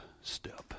step